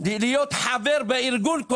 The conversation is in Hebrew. להיות חבר בארגון,